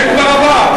זה כבר עבר,